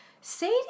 Sadie